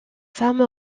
femme